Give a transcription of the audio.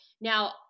Now